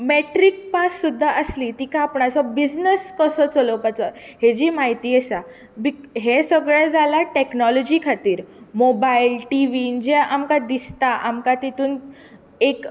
metric pass सुद्दां आसली तिका आपणाचो बिजनस कसो चलोवपाचो हेची म्हायती आसा बीक हें सगळें जालां टेक्नोलाॅजी खातीर मोबायल टिव्हीन जें आमकां दिसता आमकां तितूंत एक